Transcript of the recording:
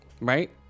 Right